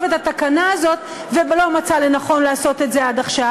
את התקנה הזאת ולא מצא לנכון לעשות את זה עד עכשיו?